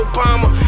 Obama